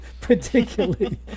particularly